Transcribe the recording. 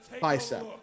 bicep